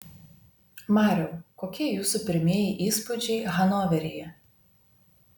mariau kokie jūsų pirmieji įspūdžiai hanoveryje